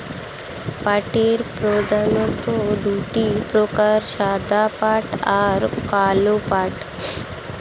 পাটের প্রধানত দুটি প্রকার সাদা পাট আর কালো পাট